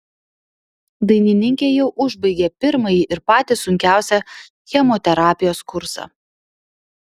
dainininkė jau užbaigė pirmąjį ir patį sunkiausią chemoterapijos kursą